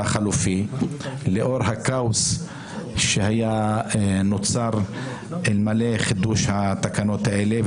החלופי לאור הכאוס שהיה נוצר אלמלא חידוש התקנות האלה,